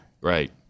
right